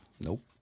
Nope